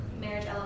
Marriage